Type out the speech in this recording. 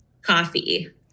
Coffee